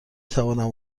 توانم